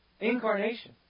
incarnation